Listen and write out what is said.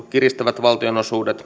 kiristää valtionosuuden